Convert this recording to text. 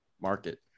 market